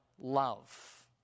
love